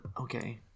Okay